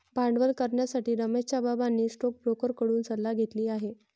भांडवल करण्यासाठी रमेशच्या बाबांनी स्टोकब्रोकर कडून सल्ला घेतली आहे